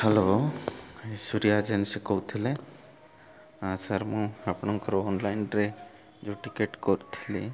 hello ଏ Surya agency କହୁଥିଲେ ହଁ ସାର୍ ମୁଁ ଆପଣଙ୍କର ଅନଲାଇନ୍ରେ ଯେଉଁ ଟିକେଟ୍ କରିଥିଲି